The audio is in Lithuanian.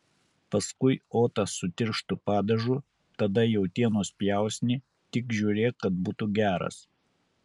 paskui otą su tirštu padažu tada jautienos pjausnį tik žiūrėk kad būtų geras